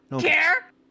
Care